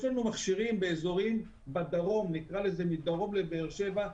לנו מכשירים באזורים גם מדרום לבאר שבע,